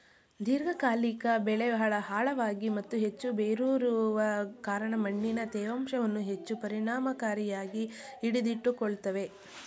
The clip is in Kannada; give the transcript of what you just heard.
ದೀರ್ಘಕಾಲಿಕ ಬೆಳೆ ಆಳವಾಗಿ ಮತ್ತು ಹೆಚ್ಚು ಬೇರೂರುವ ಕಾರಣ ಮಣ್ಣಿನ ತೇವಾಂಶವನ್ನು ಹೆಚ್ಚು ಪರಿಣಾಮಕಾರಿಯಾಗಿ ಹಿಡಿದಿಟ್ಟುಕೊಳ್ತವೆ